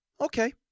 Okay